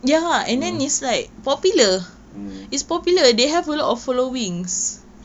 hmm mm